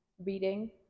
Reading